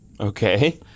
Okay